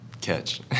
catch